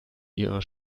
ihrer